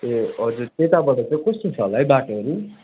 ए हजुर त्यताबाट कस्तो छ होला है बाटोहरू